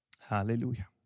Hallelujah